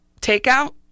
takeout